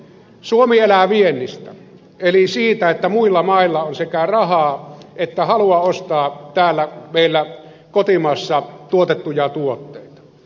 suomi elää viennistä eli siitä että muilla mailla on sekä rahaa että halua ostaa täällä meillä kotimaassa tuotettuja tuotteita